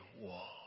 Wall